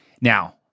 Now